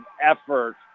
effort